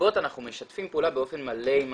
במסיבות משתפים פעולה באופן מלא עם